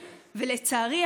ולצערי,